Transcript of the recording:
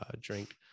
drink